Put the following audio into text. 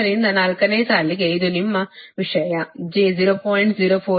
4 ಮತ್ತು 3 ರಿಂದ 4 ನೇ ಸಾಲಿಗೆ ಇದು ನಿಮ್ಮ ವಿಷಯ j 0